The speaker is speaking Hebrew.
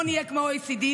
בואו נהיה כמו ה-OECD,